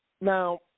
Now